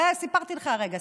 הרי סיפרתי לך הרגע סיפור.